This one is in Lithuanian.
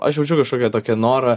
aš jaučiu kažkokią tokią norą